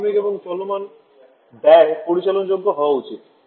প্রাথমিক এবং চলমান ব্যয় পরিচালনাযোগ্য হওয়া উচিত